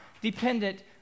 dependent